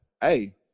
hey